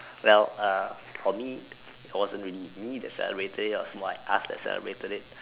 well uh for me it wasn't really me that celebrated it it was more like us that celebrated it